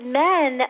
men